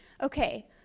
okay